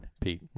Pete